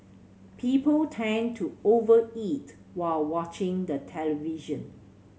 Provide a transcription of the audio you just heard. people tend to over eat while watching the television